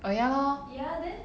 oh ya lor